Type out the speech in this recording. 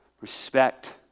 respect